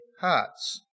hearts